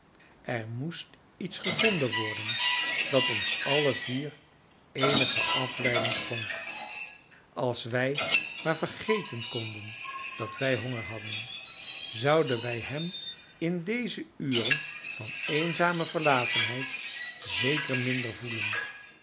er moest iets gevonden worden dat ons alle vier eenige afleiding schonk als wij maar vergeten konden dat wij honger hadden zouden wij hem in deze uren van eenzame verlatenheid zeker minder voelen